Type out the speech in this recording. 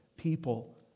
people